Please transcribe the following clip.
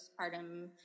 postpartum